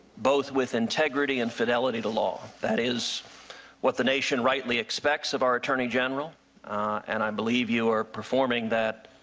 both with integrity and fidelity to law. that is what the nation rightly expects of our attorney general and i believe you are performing that